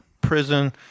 prison